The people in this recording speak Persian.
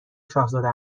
شاهزاده